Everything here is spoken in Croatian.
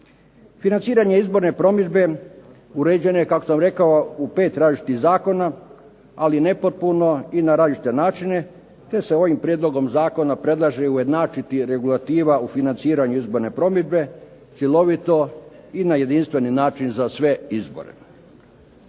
Financiranje izborne promidžbe uređeno je kako sam rekao u 5 različitih zakona, ali nepotpuno i na različite načine, te se ovim prijedlogom zakona predlaže ujednačiti regulativa u financiranju izborne promidžbe cjelovito i na jedinstveni način za sve izbore.